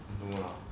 no lah